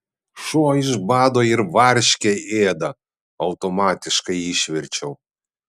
šuo iš bado ir varškę ėda automatiškai išverčiau